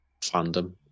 fandom